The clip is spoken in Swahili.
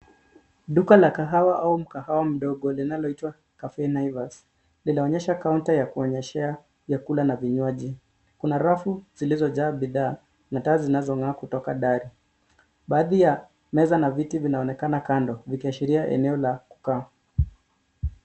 Duka la kahawa au mkahawa mdogo linaloitwa cafe naivas, linaonyesha counter ya kuonyeshea vyakula na vinywaji. Kuna rafu zilizojaa bidhaa na taa zinazong'aa kutoka dari. Baadhi ya meza na viti vinaonekana kando vikiashiria eneo la kukaa.